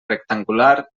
rectangular